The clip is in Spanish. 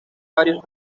varios